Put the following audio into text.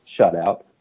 shutout